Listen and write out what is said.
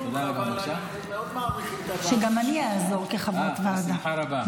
גם אני אעזור כחברת ועדה, בשמחה רבה.